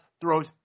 throws